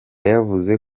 yavuze